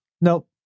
Nope